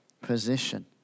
position